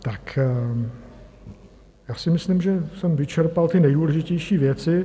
Tak já si myslím, že jsem vyčerpal ty nejdůležitější věci.